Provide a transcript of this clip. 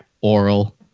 Oral